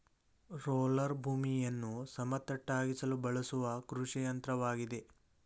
roller ಭೂಮಿಯನ್ನು ಸಮತಟ್ಟಾಗಿಸಲು ಬಳಸುವ ಕೃಷಿಯಂತ್ರವಾಗಿದೆ